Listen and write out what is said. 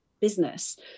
business